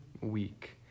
week